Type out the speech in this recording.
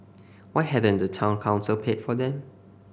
why hadn't the Town Council paid for them